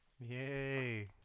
Yay